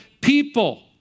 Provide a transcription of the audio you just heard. people